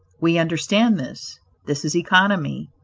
we understand this this is economy,